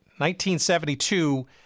1972